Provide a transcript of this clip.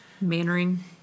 Mannering